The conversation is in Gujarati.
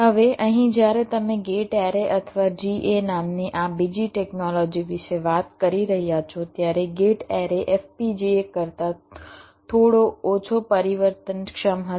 હવે અહીં જ્યારે તમે ગેટ એરે અથવા GA નામની આ બીજી ટેકનોલોજી વિશે વાત કરી રહ્યા છો ત્યારે ગેટ એરે FPGA કરતાં થોડો ઓછો પરિવર્તનક્ષમ હશે